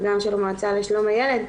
וגם של המועצה לשלום הילד,